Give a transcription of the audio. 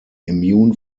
immune